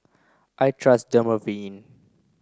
I trust Dermaveen